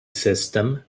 system